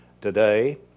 today